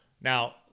Now